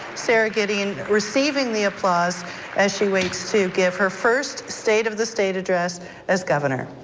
sarah gideon, receiving the applause as she waits to give her first state of the state address as governor.